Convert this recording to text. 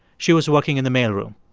she was working in the mailroom.